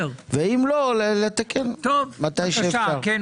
ואם לא לתקן כשאפשר.